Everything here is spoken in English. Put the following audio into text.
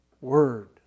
Word